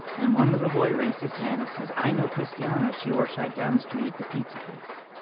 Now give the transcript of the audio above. and one little boy raised his hand and says, i know christiana. she works right down the street at the pizza place.